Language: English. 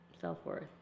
Self-worth